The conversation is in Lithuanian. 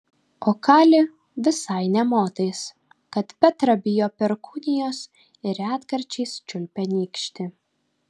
o kali visai nė motais kad petra bijo perkūnijos ir retkarčiais čiulpia nykštį